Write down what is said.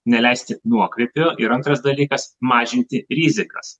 neleisti nuokrypio ir antras dalykas mažinti rizikas